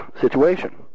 situation